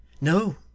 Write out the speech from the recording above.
No